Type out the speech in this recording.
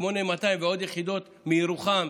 8200 ועוד יחידות, מירוחם,